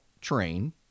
train